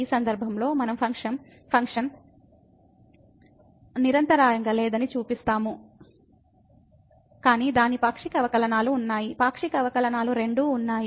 ఈ సందర్భంలో మనం ఫంక్షన్ నిరంతరాయంగా లేదని చూపిస్తాము కానీ దాని పాక్షిక అవకలనాలు ఉన్నాయి పాక్షిక అవకలనాలు రెండూ ఉన్నాయి